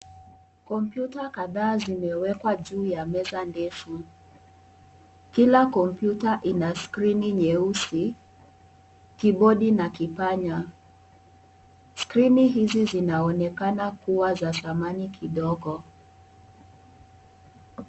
Kompyuta kadhaa zimewekwa juu ya meza ndefu, kila kompyuta ina skrini nyeusi, kibodi na kipanya, skrini hizi zinaonekana kuwa za samani kidogo.